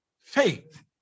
faith